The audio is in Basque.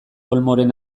olmoren